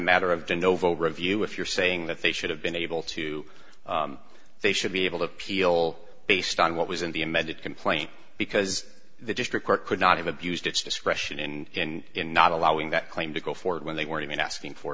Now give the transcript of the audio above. novo review if you're saying that they should have been able to they should be able to appeal based on what was in the amended complaint because the district court could not have abused its discretion in not allowing that claim to go forward when they weren't even asking for